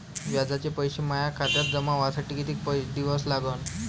व्याजाचे पैसे माया खात्यात जमा व्हासाठी कितीक दिवस लागन?